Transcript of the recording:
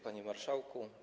Panie Marszałku!